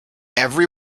every